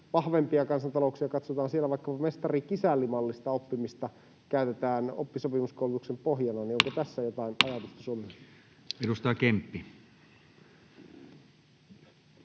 vahvempia kansantalouksia katsotaan, siellä vaikkapa mestari—kisälli-mallista oppimista käytetään oppisopimuskoulutuksen pohjana, niin